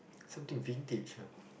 something vintage ah